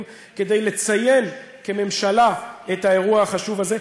כדי לציין כממשלה את האירוע החשוב הזה.